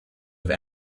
with